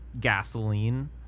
gasoline